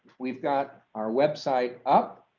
we've got our website up,